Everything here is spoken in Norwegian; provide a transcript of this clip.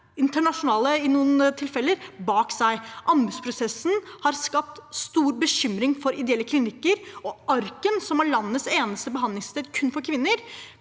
internasjonale – bak seg. Anbudsprosessen har skapt stor bekymring for ideelle klinikker. Arken, som er landets eneste behandlingssted kun for kvinner,